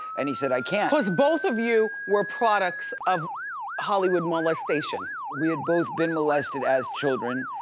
and he said, i can't. cause both of you were products of hollywood molestation? we had both been molested as children.